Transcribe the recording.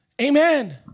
Amen